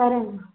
సరేనమ్మా